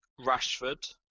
Rashford